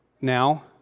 now